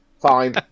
Fine